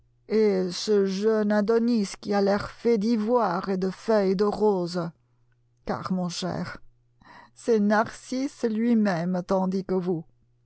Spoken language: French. et ce jeune adonis qui a l'air fait d'ivoire et de feuilles de roses car mon cher c'est narcisse lui-même tandis que vous